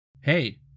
Hey